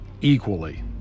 equally